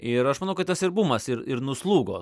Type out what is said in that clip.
ir aš manau kad tas ir bumas ir ir nuslūgo